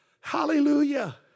Hallelujah